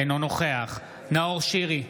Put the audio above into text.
אינו נוכח נאור שירי,